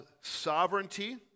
sovereignty